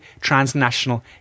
transnational